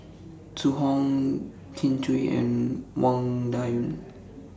Zhu Hong Kin Chui and Wang Dayuan